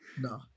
No